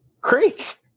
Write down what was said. great